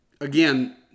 again